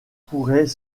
pourraient